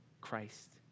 Christ